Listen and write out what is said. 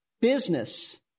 business